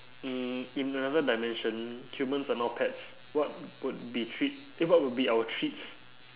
mm in another dimension humans are now pets what would be treat eh what would be our treats